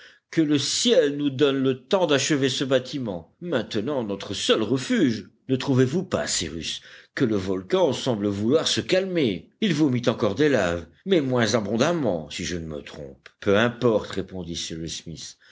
que le ciel nous donne le temps d'achever ce bâtiment maintenant notre seul refuge ne trouvez-vous pas cyrus que le volcan semble vouloir se calmer il vomit encore des laves mais moins abondamment si je ne me trompe peu importe répondit cyrus smith